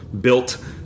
built